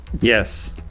Yes